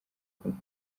kumwe